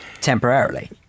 Temporarily